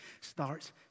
starts